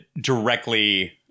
directly